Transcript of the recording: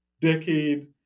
decade